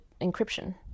encryption